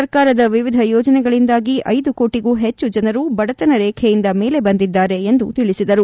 ಸರ್ಕಾರದ ವಿವಿಧ ಯೋಜನೆಗಳಿಂದಾಗಿ ಐದು ಕೋಟಿಗೂ ಹೆಚ್ಲು ಜನರು ಬಡತನ ರೇಖೆಯಿಂದ ಮೇಲೆ ಬಂದಿದ್ದಾರೆ ಎಂದು ತಿಳಿಸಿದರು